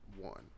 one